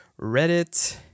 Reddit